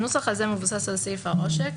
הנוסח הזה מבוסס על סעיף העושק,